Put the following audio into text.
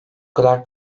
kadar